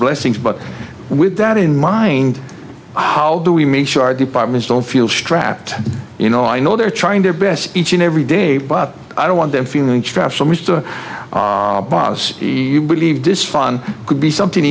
blessings but with that in mind how do we make sure our departments don't feel strapped you know i know they're trying their best each and every day but i don't want them feeling trapped so much to be believed this fun could be something